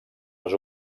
les